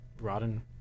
rotten